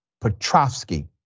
Petrovsky